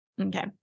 Okay